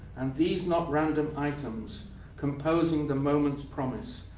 and these not-random items composing the moment's promise.